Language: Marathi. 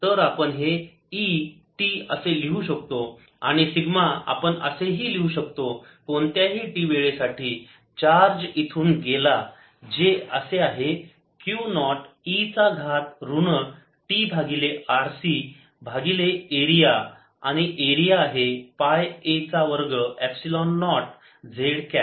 तर आपण हे E t असे लिहू शकतो आणि सिग्मा आपण असे लिहू शकतो कोणत्याही t वेळेसाठी चार्ज इथून गेला जे असे आहे Q नॉट E चा घात ऋण t भागिले RC भागिले एरिया आणि एरिया आहे पाय a चा वर्ग एपसिलोन नॉट z कॅप